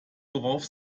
worauf